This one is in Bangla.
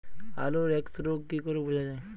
আলুর এক্সরোগ কি করে বোঝা যায়?